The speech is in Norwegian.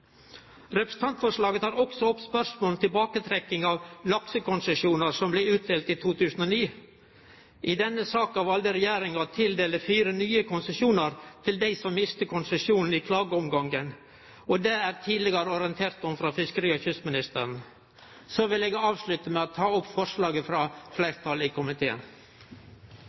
Representantforslaget tek også opp spørsmålet om tilbaketrekking av laksekonsesjonar som blei utdelte i 2009. I denne saka valde regjeringa å tildele fire nye konsesjonar til dei som miste konsesjonen i klageomgangen, og det er tidlegare orientert om frå fiskeri- og kystministeren. Så vil eg avslutte med å tilrå innstillinga frå fleirtalet i komiteen.